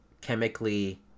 chemically